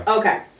Okay